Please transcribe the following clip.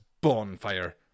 bonfire